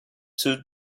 two